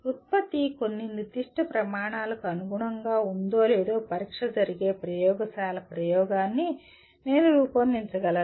ఉత్పత్తి కొన్ని నిర్దిష్ట ప్రమాణాలకు అనుగుణంగా ఉందో లేదో పరీక్ష జరిగే ప్రయోగశాల ప్రయోగాన్ని నేను రూపొందించగలనా